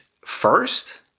first